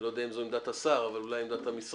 אני לא יודע אם זו עמדת השר, אבל אולי עמדת המשרד.